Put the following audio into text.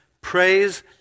praise